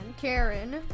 Karen